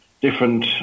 different